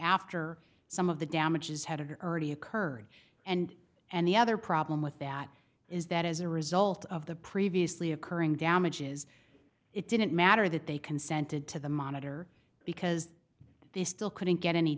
after some of the damages had a dirty occurred and and the other problem with that is that as a result of the previously occurring damages it didn't matter that they consented to the monitor because they still couldn't get any